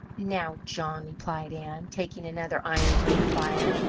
now, john, replied ann, taking another iron from the fire,